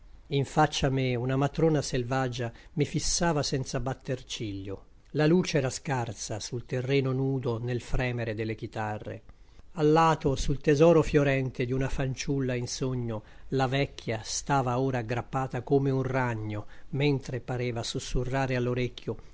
in faccia a me una matrona selvaggia mi fissava senza batter ciglio la luce era scarsa sul terreno nudo nel fremere delle chitarre a lato sul tesoro fiorente di una fanciulla in sogno la vecchia stava ora aggrappata come un ragno mentre pareva sussurrare